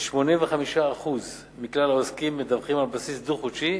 כ-85% מכלל העוסקים מדווחים על בסיס דו-חודשי,